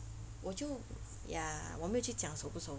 我就 ya 我没有去讲熟不熟